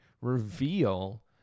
reveal